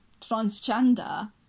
transgender